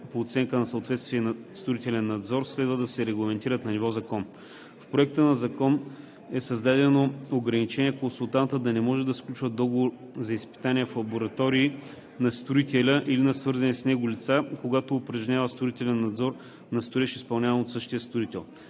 по оценка за съответствие и строителен надзор, следва да са регламентирани на ниво закон. В Законопроекта е създадено ограничение консултантът да не може да сключва договор за изпитвания в лаборатории на строителя или на свързани с него лица, когато упражнява строителен надзор на строеж, изпълняван от същия строител.